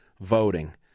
voting